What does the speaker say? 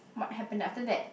what happen after that